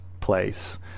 place